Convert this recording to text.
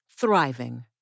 thriving